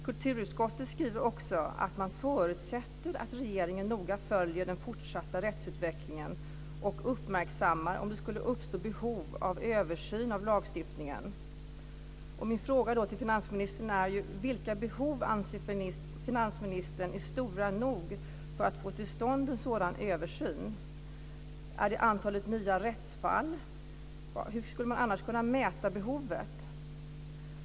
Kulturutskottet skriver också att man förutsätter att regeringen noga följer den fortsatta rättsutvecklingen och är uppmärksam om det skulle uppstå behov av översyn av lagstiftningen. Min fråga till finansministern är då: Vilka behov anser finansministern vara stora nog för att få till stånd en sådan översyn? Är det antalet nya rättsfall? Hur skulle man annars kunna mäta behovet?